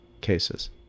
cases